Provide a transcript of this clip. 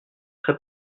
très